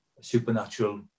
supernatural